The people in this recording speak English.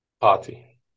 party